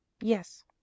Yes